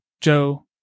Joe